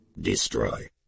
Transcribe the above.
destroy